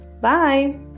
Bye